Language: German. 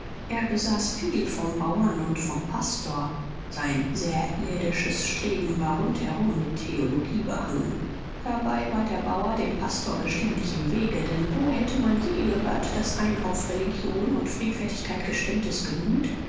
er besaß viel vom bauern und vom pastor sein sehr irdisches streben war rundherum mit theologie behangen dabei war der bauer dem pastor beständig im wege denn wo hätte man je gehört daß ein auf religion und friedfertigkeit gestimmtes gemüt